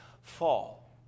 fall